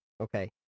okay